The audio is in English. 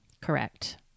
Correct